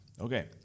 Okay